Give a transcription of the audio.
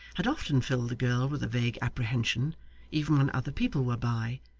had often filled the girl with a vague apprehension even when other people were by,